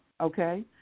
okay